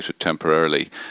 temporarily